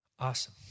Awesome